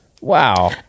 Wow